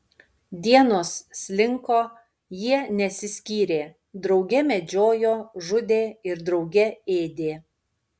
dienos slinko jie nesiskyrė drauge medžiojo žudė ir drauge ėdė